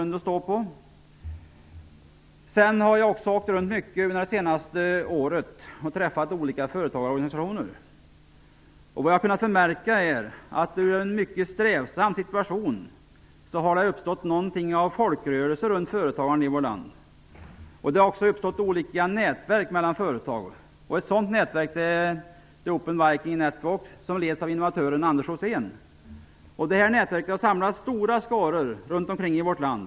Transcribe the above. Under det senaste året har jag också åkt runt mycket och träffat olika företagarorganisationer. Jag har kunnat märka att ur en mycket strävsam situation har det uppstått ett slags folkrörelse runt företagandet i vårt land. Det har uppstått olika nätverk mellan företag. Ett sådant nätverk är Open Rosén. Detta nätverk har samlat stora skaror runt omkring i vårt land.